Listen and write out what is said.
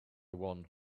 one